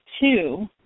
two